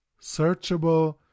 searchable